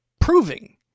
proving